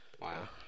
Wow